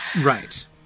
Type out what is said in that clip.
Right